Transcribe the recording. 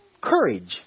courage